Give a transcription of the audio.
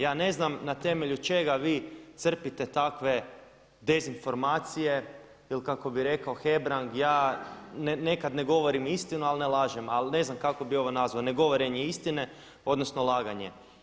Ja ne znam na temelju čega vi crpite takve dezinformacije ili kako bi rekao Hebrang ja nekad ne govorim istinu, ali ne lažem, ali ne znam kako bi ovo nazvao ne govorenje istine odnosno laganje.